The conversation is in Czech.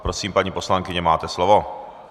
Prosím, paní poslankyně, máte slovo.